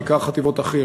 בעיקר חטיבות החי"ר.